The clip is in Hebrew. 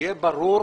שיהיה ברור,